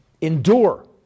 endure